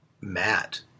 Matt